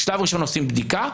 בשלב הראשון עושים בדיקה,